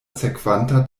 sekvanta